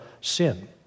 sin